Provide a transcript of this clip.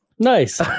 nice